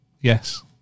yes